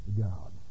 God